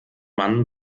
mann